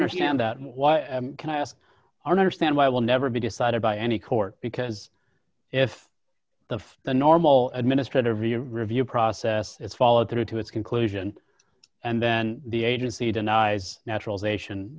understand that what can i ask our understand why will never be decided by any court because if the the normal administrative your review process is followed through to its conclusion and then the agency denies naturalization